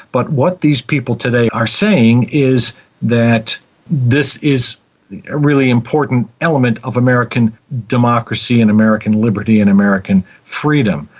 but what these people today are saying is that this is a really important element of american democracy and american liberty and american freedom,